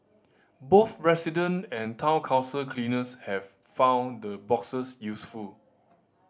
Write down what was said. both resident and Town Council cleaners have found the boxes useful